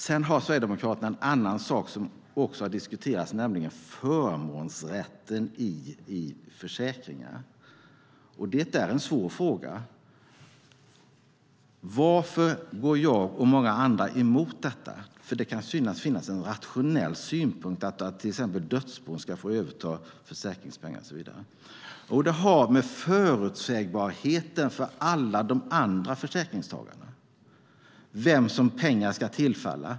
Sedan har Sverigedemokraterna en annan sak som har diskuterats, nämligen förmånsrätten i försäkringarna. Det är en svår fråga. Varför går jag och många andra emot detta? Det kan synas finnas en rationell synpunkt att till exempel dödsbon ska få överta försäkringspengar. Jo, det har med förutsägbarheten för alla de andra försäkringstagarna att göra, vem pengar ska tillfalla.